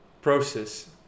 process